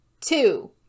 Two